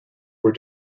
were